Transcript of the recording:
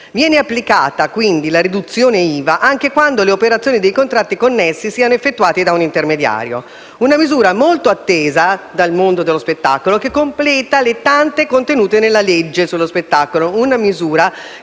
quindi applicata la riduzione dell'IVA anche quando le operazioni dei contratti connessi siano effettuate da un intermediario. Si tratta di una misura molto attesa dal mondo dello spettacolo, che completa le tante contenute nella legge sullo spettacolo.